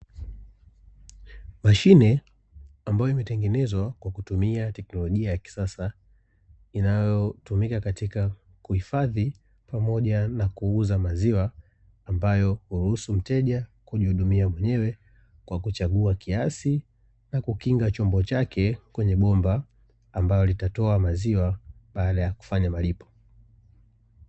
Mashine ambayo imetengenezwa kwa kutumia teknolojia ya kisasa, inayotumika katika kuhifadhi pamoja na kuuza maziwa, ambayo huruhusu mteja kujihudumia mwenyewe kwa kuchagua kiasi na kukinga chombo chake, kwenye bomba ambalo litatoa maziwa baada ya kufanya malipo.